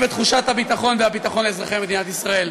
את תחושת הביטחון והביטחון לאזרחי מדינת ישראל.